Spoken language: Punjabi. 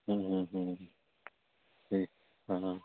ਹੂੰ ਹੂੰ ਹੂੰ ਠੀਕ ਹੈ ਹਾਂ ਹਾਂ